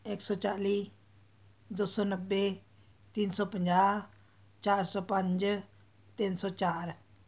ਇੱਕ ਸੌ ਚਾਲੀ ਦੋ ਸੌ ਨੱਬੇ ਤਿੰਨ ਸੌ ਪੰਜਾਹ ਚਾਰ ਸੌ ਪੰਜ ਤਿੰਨ ਸੌ ਚਾਰ